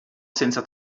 senza